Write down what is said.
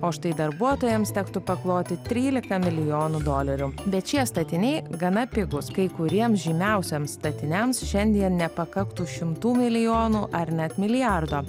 o štai darbuotojams tektų pakloti trylika milijonų dolerių bet šie statiniai gana pigūs kai kuriems žymiausiems statiniams šiandien nepakaktų šimtų milijonų ar net milijardo